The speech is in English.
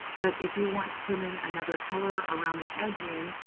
but if you want to put in another color around the edging,